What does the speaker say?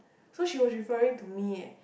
so she was referring to me eh